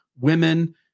women